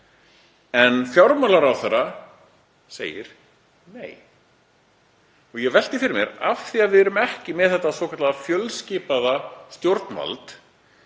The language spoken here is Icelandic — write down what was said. En fjármálaráðherra segir nei. Ég velt því fyrir mér, af því að við erum ekki með þetta svokallaða fjölskipaða stjórnvald,